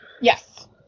Yes